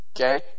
okay